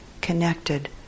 connected